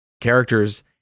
characters